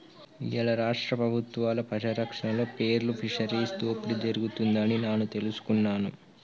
ఇయ్యాల రాష్ట్ర పబుత్వాల పర్యారక్షణలో పేర్ల్ ఫిషరీస్ దోపిడి జరుగుతుంది అని నాను తెలుసుకున్నాను